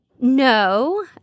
No